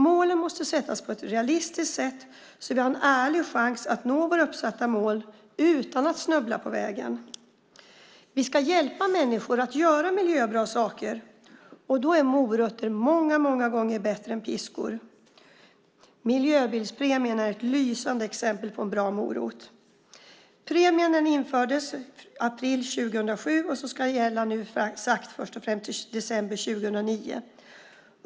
Målen måste sättas på ett realistiskt sätt så att vi har en ärlig chans att nå våra uppsatta mål utan att snubbla på vägen. Vi ska hjälpa människor att göra miljöbra saker, och då är morötter många gånger bättre än piskor. Miljöbilspremien är ett lysande exempel på en bra morot. Premien infördes i april 2007 och ska gälla först och främst till den 31 december 2009.